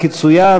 רק יצוין,